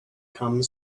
come